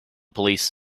police